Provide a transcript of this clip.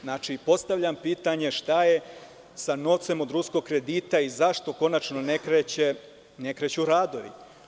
Znači, postavljam pitanje – šta je sa novcem od ruskog kredita i zašto konačno ne kreću radovi?